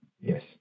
Yes